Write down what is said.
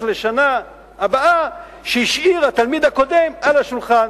לשנה הבאה שהשאיר התלמיד הקודם על השולחן.